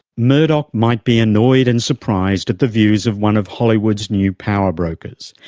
murdoch might be annoyed and surprised at the views of one of hollywood's new power brokers.